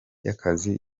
y’akazi